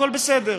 הכול בסדר,